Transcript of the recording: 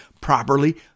properly